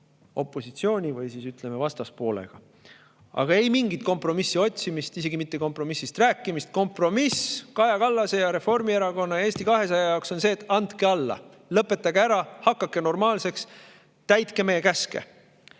opositsiooni või siis, ütleme, vastaspoolega. Aga ei mingit kompromissi otsimist, isegi mitte kompromissist rääkimist. Kompromiss on Kaja Kallase, Reformierakonna ja Eesti 200 jaoks see, et andke alla, lõpetage ära, hakake normaalseks, täitke meie käske.